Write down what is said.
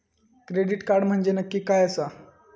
Credit card म्हंजे नक्की काय आसा?